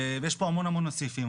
ויש פה המון המון סעיפים.